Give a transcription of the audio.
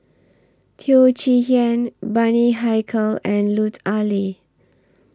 Teo Chee Hean Bani Haykal and Lut Ali